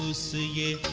singing